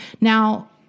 Now